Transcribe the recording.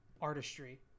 artistry